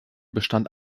bestand